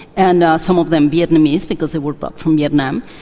and some of them vietnamese because they were brought from vietnam,